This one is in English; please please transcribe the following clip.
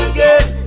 Again